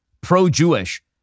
pro-Jewish